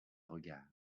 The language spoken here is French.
regard